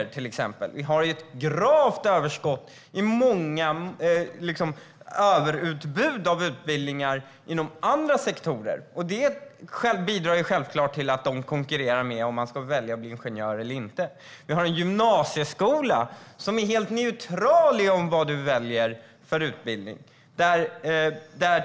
Vi har till exempel ett gravt överutbud av utbildningar inom andra sektorer. Det bidrar till att de konkurrerar med tanken på om man ska bli ingenjör eller inte. Och vi har en gymnasieskola som är helt neutral när det gäller vilken utbildning man ska välja.